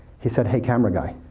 he said, hey, camera guy.